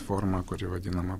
forma kuri vadinama